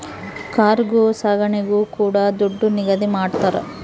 cargo ಸಾಗಣೆಗೂ ಕೂಡ ದುಡ್ಡು ನಿಗದಿ ಮಾಡ್ತರ